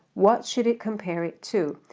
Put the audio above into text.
what should it compare it to?